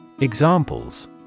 Examples